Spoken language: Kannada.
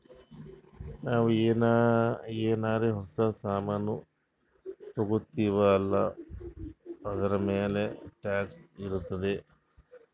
ನಾವು ಏನಾರೇ ಹೊಸ ಸಾಮಾನ್ ತಗೊತ್ತಿವ್ ಅಲ್ಲಾ ಅದೂರ್ಮ್ಯಾಲ್ ಟ್ಯಾಕ್ಸ್ ಇರ್ತುದೆ